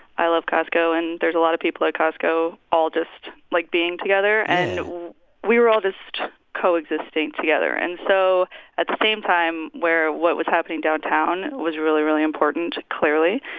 i love costco. and there's a lot of people at costco all just, like, being together. and we were all just coexisting together. and so at the same time, where what was happening downtown was really, really important, clearly,